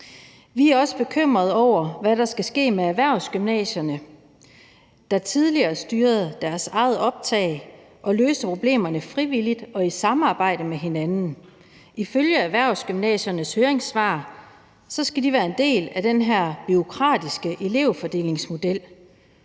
Vi er også bekymrede over, hvad der skal ske med erhvervsgymnasierne, der tidligere styrede deres eget optag og løste problemerne frivilligt og i samarbejde med hinanden. Ifølge Danske Erhvervsskoler og -Gymnasiers høringssvar skal de være en del af den her bureaukratiske elevfordelingsmodel.